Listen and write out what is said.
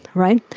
right?